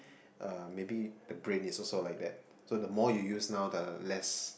uh maybe the brain is also like that so the more you use now less